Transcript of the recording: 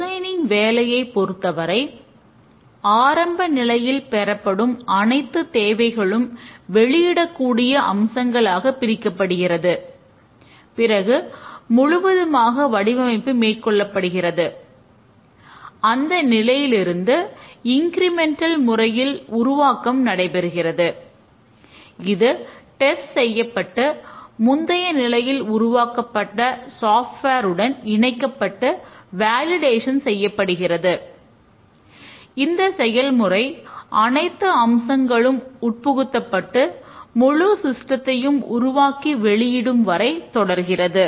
designing உருவாக்கி வெளியிடும் வரை தொடர்கிறது